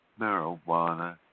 marijuana